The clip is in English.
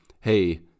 hey